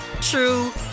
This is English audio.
true